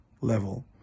level